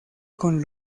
con